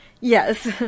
Yes